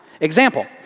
Example